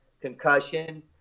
concussion